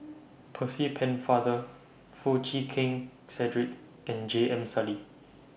Percy Pennefather Foo Chee Keng Cedric and J M Sali